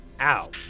Ow